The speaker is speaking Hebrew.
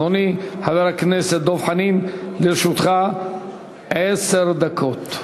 אדוני חבר הכנסת דב חנין, לרשותך עשר דקות.